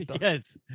Yes